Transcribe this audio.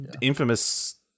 Infamous